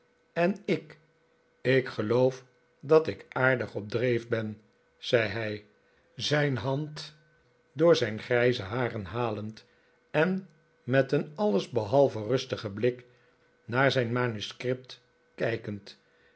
en ik ik geloof dat ik aardig op dreef ben zei hij zijn hand door zijn grijze haren halend en met een alles behalve rustigen blik naar zijn manuscript kijkend